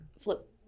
flip